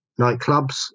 nightclubs